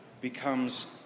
becomes